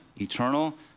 eternal